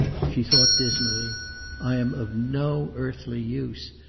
she thought dismally i am of no earthly use.